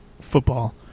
football